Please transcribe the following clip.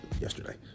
yesterday